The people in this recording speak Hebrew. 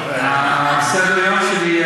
סדר-היום שלי,